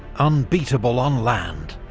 unbeatable on land.